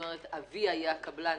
אבי היה קבלן